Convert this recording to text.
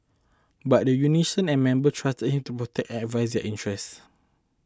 but the union and member trusted him to protect advance their interests